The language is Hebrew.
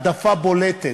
העדפה בולטת.